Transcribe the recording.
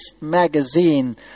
magazine